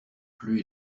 plus